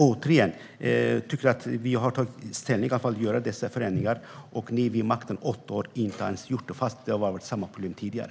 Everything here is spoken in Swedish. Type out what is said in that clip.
Återigen: Vi har tagit ställning för att göra dessa förändringar, medan ni satt vid makten i åtta år utan att göra det - trots att vi har haft samma problem tidigare.